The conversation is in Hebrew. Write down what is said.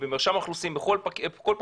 כל פקיד,